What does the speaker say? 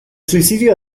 suicidio